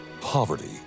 Poverty